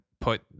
put